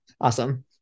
Awesome